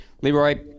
Leroy